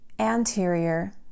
anterior